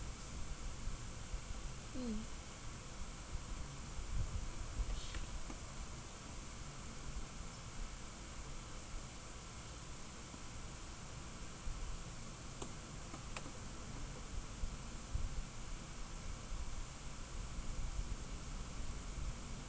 mm